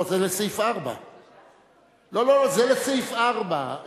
לא, זה לסעיף 4. זה לסעיף הזה,